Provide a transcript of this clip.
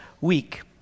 week